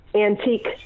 antique